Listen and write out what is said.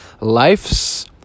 Life's